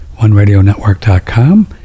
oneradionetwork.com